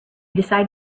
decided